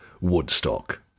Woodstock